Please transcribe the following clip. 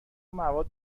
مواد